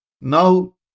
Now